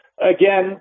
again